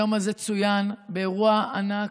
היום הזה צוין באירוע ענק,